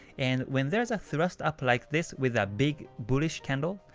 and when there's a thrust up like this with a big bullish candle,